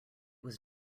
was